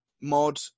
mod